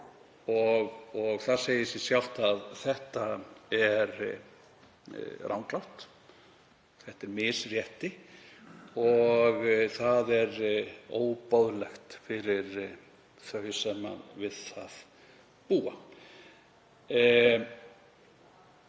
Það segir sig sjálft að það er ranglátt, það er misrétti og það er óboðlegt fyrir þau sem við það búa.